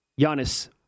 Giannis